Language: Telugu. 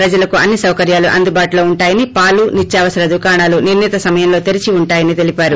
ప్రజలకు అన్ని సాకర్యాలూ అందుబాటులో ఉంటాయని పాలు నిత్యావసర దుకాణాలు నిర్ణీత సమయంలో తెరిచి ఉంటాయని తెలిపారు